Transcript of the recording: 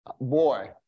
boy